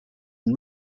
and